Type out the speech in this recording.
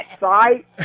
right